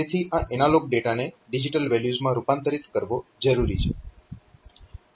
તેથી આ એનાલોગ ડેટાને ડિજીટલ વેલ્યુઝમાં રૂપાંતરીત કરવો જરૂરી છે